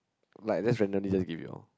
like just randomly just give you all